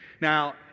Now